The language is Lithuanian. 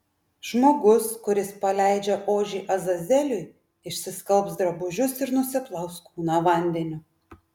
žmogus kuris paleidžia ožį azazeliui išsiskalbs drabužius ir nusiplaus kūną vandeniu